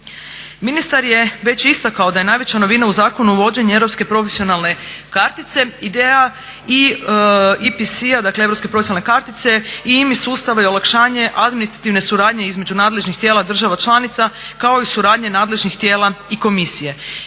Ministar je već istakao da je najveća novina u zakonu uvođenje europske profesionalne kartice. Ideja i IPC dakle europske profesionalne kartice i …/Govornik se ne razumije./… sustav i olakšanje administrativne suradnje između nadležnih tijela država članica kao i suradnje nadležnih tijela i komisije.